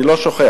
אני לא שוכח,